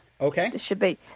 Okay